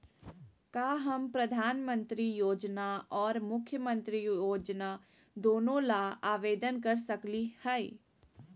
का हम प्रधानमंत्री योजना और मुख्यमंत्री योजना दोनों ला आवेदन कर सकली हई?